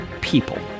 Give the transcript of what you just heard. people